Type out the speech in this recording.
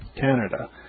Canada